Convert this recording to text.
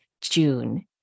June